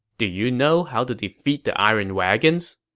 do you know how to defeat the iron wagons?